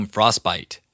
Frostbite